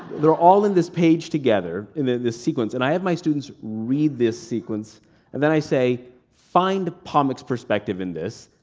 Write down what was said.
they're all in this page together, ah this sequence and i have my students read this sequence and then i say, find pamuk's perspective in this,